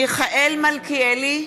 מיכאל מלכיאלי,